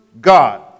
God